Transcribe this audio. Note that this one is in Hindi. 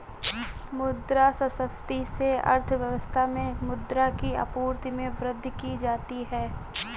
मुद्रा संस्फिति से अर्थव्यवस्था में मुद्रा की आपूर्ति में वृद्धि की जाती है